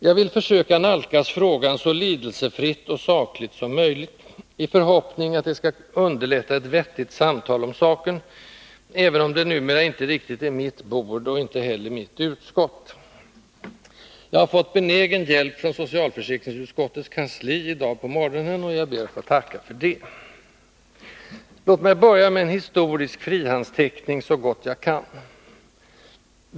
Jag vill försöka nalkas frågan så lidelsefritt och sakligt som möjligt, i förhoppning om att detta skall underlätta ett vettigt samtal om saken, även om det numera inte riktigt är mitt bord och inte heller mitt utskott. Jag har fått benägen hjälp av socialförsäkringsutskottets kansli i dag på morgonen, och jag ber att få tacka för det. Låt mig börja med en historisk frihandsteckning, så gott jag kan.